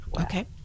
okay